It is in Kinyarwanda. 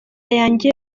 yanjye